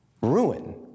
Ruin